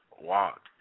walk